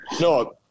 No